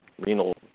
renal